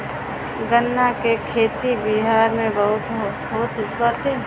गन्ना के खेती बिहार में बहुते होत बाटे